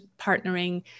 partnering